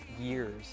years